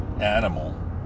animal